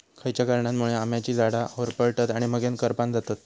खयच्या कारणांमुळे आम्याची झाडा होरपळतत आणि मगेन करपान जातत?